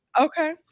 Okay